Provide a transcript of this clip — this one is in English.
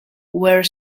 where